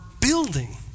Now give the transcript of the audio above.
building